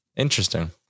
interesting